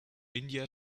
india